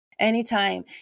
anytime